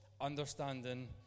understanding